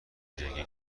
ویژگی